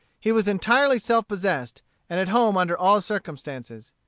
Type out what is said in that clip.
he was entirely self-possessed and at home under all circumstances.